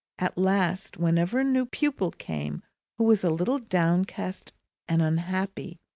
at last, whenever a new pupil came who was a little downcast and unhappy,